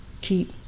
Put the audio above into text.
Keep